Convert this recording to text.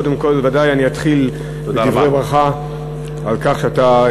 קודם כול ודאי אני אתחיל בדברי ברכה על כך שאתה